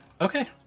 Okay